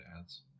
ads